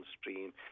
stream